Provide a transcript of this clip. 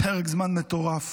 פרק זמן מטורף,